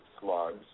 slugs